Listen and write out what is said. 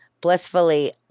blissfully